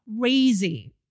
crazy